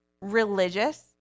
religious